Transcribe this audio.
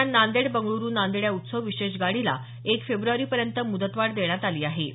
दरम्यान नांदेड बंगळ्रु नांदेड या उत्सव विशेष गाडीला एक फेब्रवारीपर्यंत मुदतवाढ देण्यात आली आहे